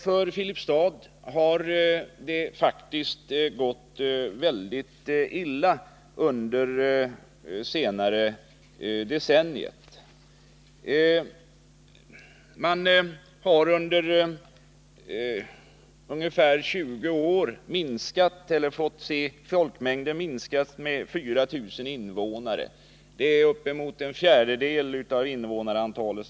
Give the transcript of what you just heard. För Filipstad har det faktiskt gått väldigt illa under de senaste decennierna. Filipstad har under ungefär 20 år fått se sin folkmängd minskas med 4 000 invånare eller uppemot en fjärdedel av det gamla invånarantalet.